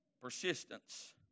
Persistence